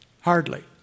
Hardly